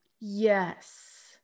Yes